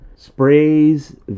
sprays